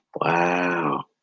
Wow